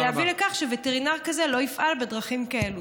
ולהביא לכך שווטרינר כזה לא יפעל בדרכים כאלה.